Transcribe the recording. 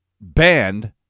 banned